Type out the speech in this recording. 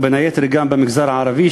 ובין היתר גם במגזר הערבי,